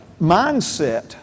mindset